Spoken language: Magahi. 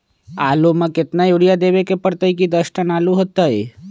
आलु म केतना यूरिया परतई की दस टन आलु होतई?